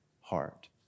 heart